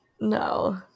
No